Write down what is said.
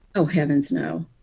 oh, heavens, no.